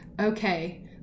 okay